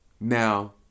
Now